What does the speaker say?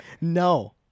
No